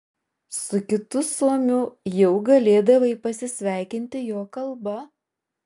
su kitu suomiu jau galėdavai pasisveikinti jo kalba